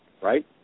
right